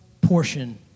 portion